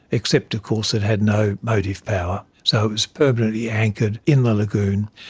except of course it had no motive power, so it was permanently anchored in the lagoon.